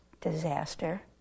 disaster